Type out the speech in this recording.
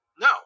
No